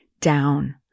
down